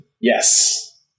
Yes